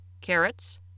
carrots